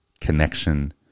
connection